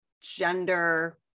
gender